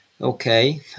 Okay